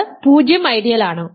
അത് 0 ഐഡിയലാണ്